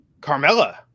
Carmella